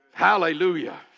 Hallelujah